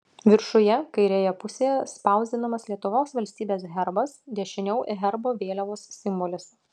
viršuje kairėje pusėje spausdinamas lietuvos valstybės herbas dešiniau herbo vėliavos simbolis